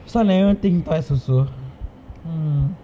sun never even think twice also mm